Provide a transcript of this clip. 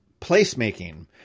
placemaking